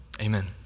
amen